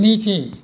नीचे